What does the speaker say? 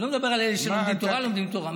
אני לא מדבר על אלה שלומדים תורה, לומדים תורה.